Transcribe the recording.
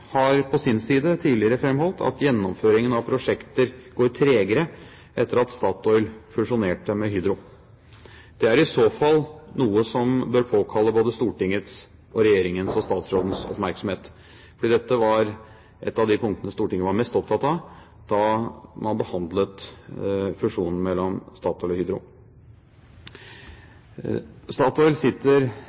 har på sin side tidligere framholdt at gjennomføringen av prosjekter går tregere etter at Statoil fusjonerte med Hydro. Det er i så fall noe som bør påkalle både Stortingets, regjeringens og statsrådens oppmerksomhet, for det var et av de punktene Stortinget var mest opptatt av da man behandlet fusjonen mellom Statoil og Hydro. Statoil sitter